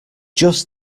just